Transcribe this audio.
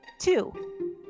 Two